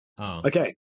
Okay